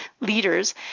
leaders